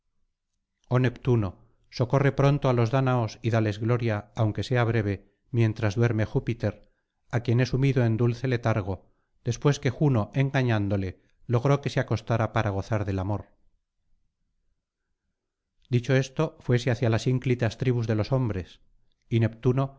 oh neptuno socorre pronto á los dáñaos y dales gloria aunque sea breve mientras duerme júpiter á quien he sumido en dulce letargo después que juno engañándole logró que se acostara para gozar del amor dicho esto fuese hacia las ínclitas tribus de los hombres y neptuno